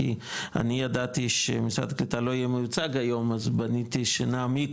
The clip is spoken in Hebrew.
כי אני ידעתי שמשרד הקליטה לא יהיה מיוצג היום אז בניתי שנעמיק